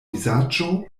vizaĝo